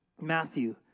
Matthew